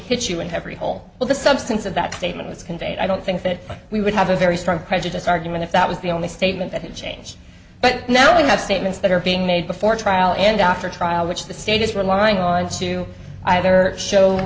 hit you in every hole in the substance of that statement was conveyed i don't think that we would have a very strong prejudice argument if that was the only statement that had changed but now we have statements that are being made before trial and after trial which the state is relying on to either show